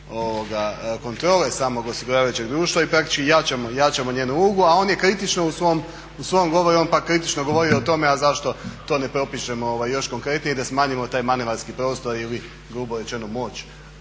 kontrole samog osiguravajućeg društva i praktički jačamo njenu ulogu, a on je kritičan u svom govoru. On pak kritično govori o tome a zašto to ne propišemo još konkretnije i da smanjimo taj manevarski prostor ili grubo rečeno moć